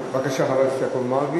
בבקשה, חבר הכנסת יעקב מרגי.